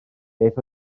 beth